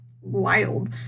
wild